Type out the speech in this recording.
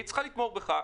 והיא צריכה לתמוך בך,